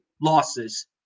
losses